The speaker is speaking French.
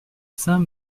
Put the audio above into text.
saint